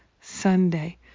Sunday